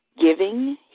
giving